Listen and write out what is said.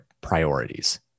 priorities